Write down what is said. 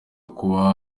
kuba